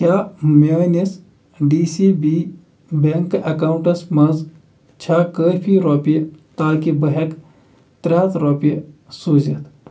کیٛاہ میٛٲنِس D C B bank accounts منٛز چھےٚ کٲفی رۄپیہِ تاکہِ بہٕ ہٮ۪کہٕ ترٛےٚ ہَتھ رۄپیہِ سوٗزِتھ